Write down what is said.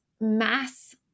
mass